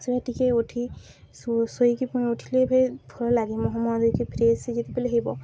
ସେବେ ଟିକେ ଉଠି ଶୋଇକି ଉଠିଲେ ଏବେ ଭଲ ଲାଗେ ମୁହଁ ଧୋଇକି ଫ୍ରେସ୍ ସେ ଯେଦି ବଲେ ହେବ